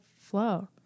flow